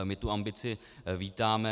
My tu ambici vítáme.